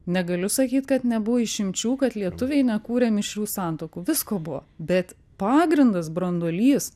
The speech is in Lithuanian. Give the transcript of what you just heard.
negaliu sakyt kad nebuvo išimčių kad lietuviai nekūrė mišrių santuokų visko buvo bet pagrindas branduolys